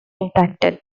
impacted